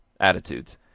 attitudes